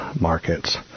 markets